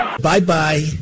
bye-bye